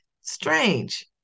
Strange